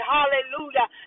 Hallelujah